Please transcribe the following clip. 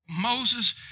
Moses